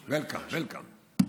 welcome, welcome.